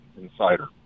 insider